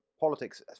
politics